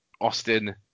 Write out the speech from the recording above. Austin